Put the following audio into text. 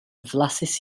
flasus